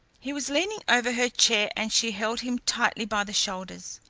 he was leaning over her chair and she held him tightly by the shoulders.